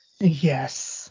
Yes